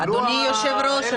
אדוני היושב-ראש,